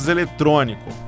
Eletrônico